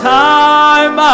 time